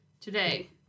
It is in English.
Today